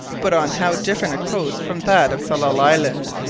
but on how different a coast from that of tsalal island,